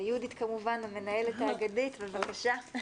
יהודית כמובן, המנהלת האגדית, בבקשה.